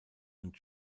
und